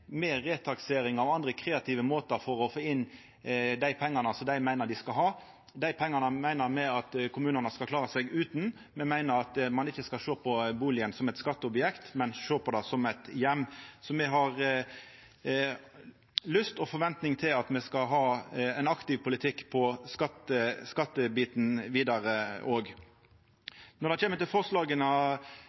med retaksering og andre kreative måtar for å få inn dei pengane dei meiner dei skal ha. Dei pengane meiner me at kommunane skal klara seg utan, me meiner at ein ikkje skal sjå på bustaden som eit skatteobjekt, men som ein heim. Så me ønskjer og har forventningar til at me skal ha ein aktiv politikk på skattebiten vidare òg. Når det gjeld forslaga